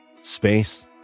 space